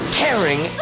tearing